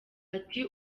ati